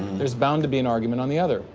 there's bound to be an argument on the other.